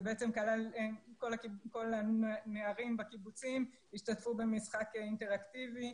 זה כלל את כל הנערים בקיבוצים שהשתתפו במשחק אינטראקטיבי,